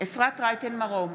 אפרת רייטן מרום,